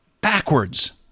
backwards